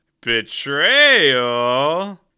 Betrayal